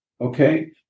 Okay